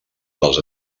dels